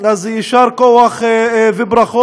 אז יישר כוח וברכות.